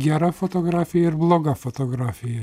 gera fotografija ir bloga fotografija